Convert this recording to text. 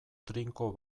trinko